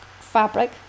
fabric